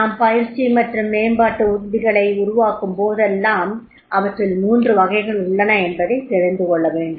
நாம் பயிற்சி மற்றும் மேம்பாட்டு யுக்திகளை உருவாக்கும் போதெல்லாம் அவற்றில் மூன்று வகைகள் உள்ளன என்பதைத் தெரிந்துகொள்ளவேண்டும்